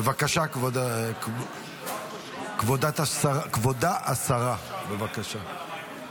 כבוד השרה, בבקשה.